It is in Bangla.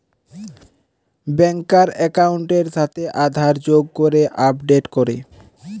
ব্যাংকার একাউন্টের সাথে আধার যোগ করে আপডেট করে